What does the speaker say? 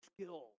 skill